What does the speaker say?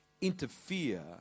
Interfere